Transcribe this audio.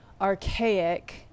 archaic